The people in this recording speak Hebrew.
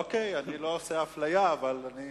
אוקיי, אני לא עושה אפליה, אבל אני